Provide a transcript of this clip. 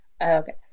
Okay